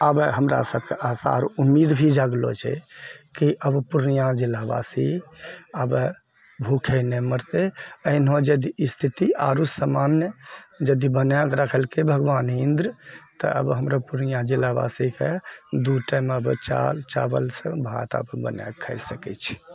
आबे हमरा सबके आसारऽ उम्मीद भी जागलऽ छै कि अब पूर्णिया जिलावासी आब भूखे नहि मरतै एहनो जे स्थिति आओर सामान्य यदि बनाएल रखलकै भगवान इन्द्र तब आब हमरो पूर्णिया जिलावासीके दू टाइम आब चावल भात आब बनाकऽ खाइ सकै छै